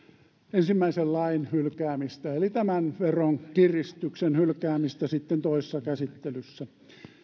ensimmäisen lain hylkäämistä eli tämän veronkiristyksen hylkäämistä sitten toisessa käsittelyssä